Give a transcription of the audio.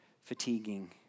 fatiguing